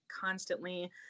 constantly